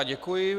Děkuji.